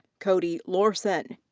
cody lorson.